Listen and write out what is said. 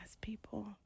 people